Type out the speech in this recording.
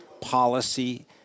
policy